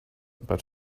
but